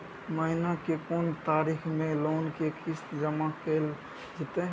महीना के कोन तारीख मे लोन के किस्त जमा कैल जेतै?